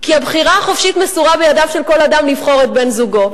כי הבחירה החופשית מסורה בידיו של כל אדם לבחור את בן-זוגו.